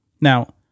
Now